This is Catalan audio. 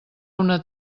una